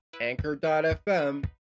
Anchor.fm